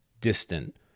distant